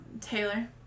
Taylor